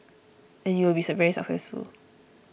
and you will be very successful